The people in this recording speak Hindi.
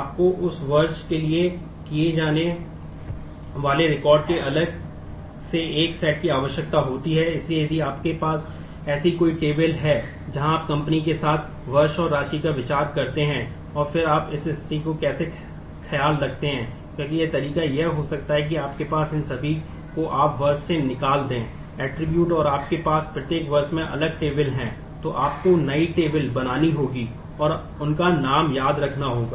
आपको उस वर्ष के लिए किए जाने वाले रिकॉर्ड बनानी होगी और उनका नाम याद रखना होगा